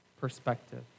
perspective